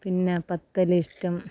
പിന്നെ പത്തല് ഇഷ്ട്ടം